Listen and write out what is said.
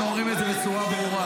אנחנו אומרים את זה בצורה ברורה